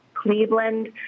Cleveland